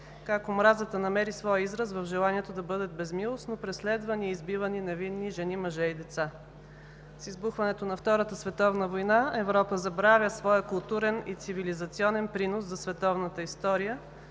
как омразата намери своя израз в желанието да бъдат безмилостно преследвани и избивани невинни жени, мъже и деца. С избухването на Втората световна война Европа забравя своя културен и цивилизационен принос за световната история